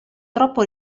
troppo